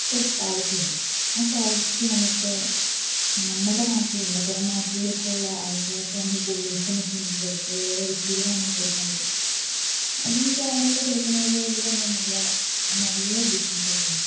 പിച്ചർക്കോളിറ്റിയൊണ്ട് ആ കോളിറ്റി നമുക്ക് നമ്മളുടെ നാട്ടിലല്ല പുറം നാട്ടിലേക്കുള്ള ആൾക്കാർക്ക് നമ്മളിപ്പോൾ ഇൻഫൊർമേഷന് നമുക്ക് കൊടുക്കാൻ ഓരോരോ വിശദീകരണങ്ങൾ നമുക്ക് കൊടുക്കാമ്പറ്റും അതും ക്യാമറക്കതെടുക്കുന്നതിൽ ഇവർ തന്നെ നല്ല നല്ല ഡിഫറെൻസറിയാമ്പറ്റും